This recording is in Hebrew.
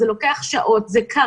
זה לוקח שעות, זה קרס.